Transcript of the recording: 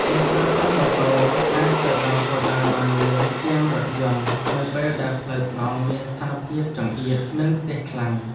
អ្នកប្រើប្រាស់ម៉ូតូអាចទៅដល់គោលដៅបានលឿនជាងរថយន្តនៅពេលដែលផ្លូវថ្នល់មានស្ថានភាពចង្អៀតនិងស្ទះខ្លាំង។